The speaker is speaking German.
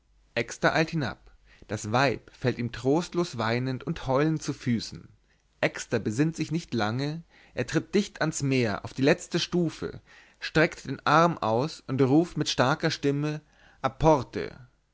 exter eilt hinab das weib fällt ihm trostlos weinend und heulend zu füßen exter besinnt sich nicht lange er tritt dicht ans meer auf die letzte stufe streckt den arm aus und ruft mit starker stimme apporte